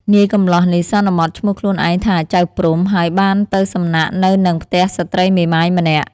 នាយកំលោះនេះ សន្មតឈ្មោះខ្លួនឯងថា ចៅព្រហ្ម ហើយបានទៅសំណាក់នៅនឹងផ្ទះស្ត្រីមេម៉ាយម្នាក់។